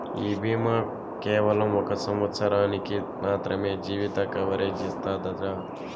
ఈ బీమా కేవలం ఒక సంవత్సరానికి మాత్రమే జీవిత కవరేజ్ ఇస్తాదట